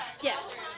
Yes